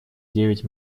девять